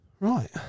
Right